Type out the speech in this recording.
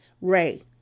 Ray